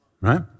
right